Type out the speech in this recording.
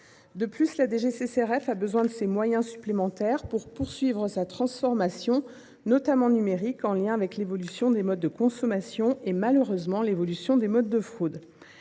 De plus, la DGCCRF a besoin de ces moyens supplémentaires pour poursuivre sa transformation, notamment numérique, en lien avec l’évolution des modes de consommation et, malheureusement, l’évolution des modes de fraude.